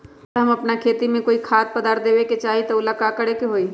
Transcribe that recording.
अगर हम अपना खेती में कोइ खाद्य पदार्थ देबे के चाही त वो ला का करे के होई?